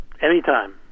anytime